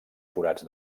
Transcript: forats